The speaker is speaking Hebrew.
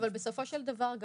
אבל בסופו של דבר,